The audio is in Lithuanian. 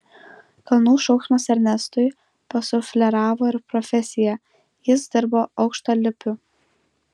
kalnų šauksmas ernestui pasufleravo ir profesiją jis dirbo aukštalipiu